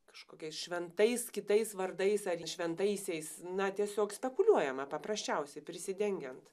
kažkokiais šventais kitais vardais ar šventaisiais na tiesiog spekuliuojama paprasčiausiai prisidengiant